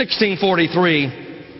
1643